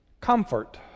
Comfort